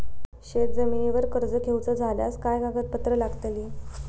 शेत जमिनीवर कर्ज घेऊचा झाल्यास काय कागदपत्र लागतली?